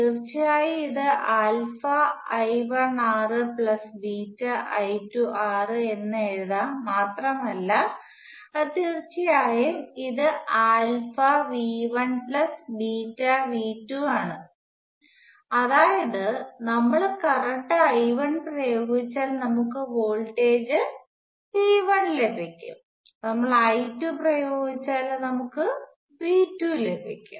തീർച്ചയായും ഇത് I1R I2R എന്ന് എഴുതാം മാത്രമല്ല അത് തീർച്ചയായും ഇത് V1 V2 ആണ് അതായത് നമ്മൾ കറന്റ് I1 പ്രയോഗിച്ചാൽ നമുക്ക് വോൾട്ടേജ് V1 ലഭിക്കും നമ്മൾ I2 പ്രയോഗിച്ചാൽ നമുക്ക് V 2 ലഭിക്കും